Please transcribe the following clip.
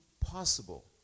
possible